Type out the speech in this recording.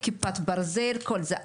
כיפת ברזל וכל זה.